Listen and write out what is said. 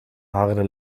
harde